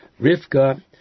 Rivka